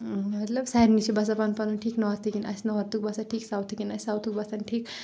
مَطلب سارنٕے چھِ باسان پنُن پنُن ٹھیٖک نارتھٕکؠن آسہِ نارتھُک باسان ٹھیٖک ساوتھٕکؠن آسہِ ساوتھُک باسان ٹھیٖک